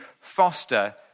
foster